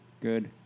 good